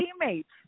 teammates